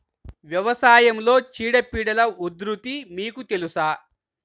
వ్యవసాయంలో చీడపీడల ఉధృతి మీకు తెలుసా?